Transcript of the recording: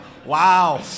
Wow